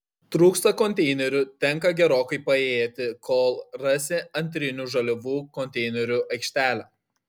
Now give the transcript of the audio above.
trūksta konteinerių tenka gerokai paėjėti kol rasi antrinių žaliavų konteinerių aikštelę